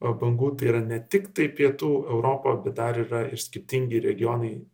bangų tai yra ne tiktai pietų europa bet dar yra ir skirtingi regionai